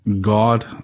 God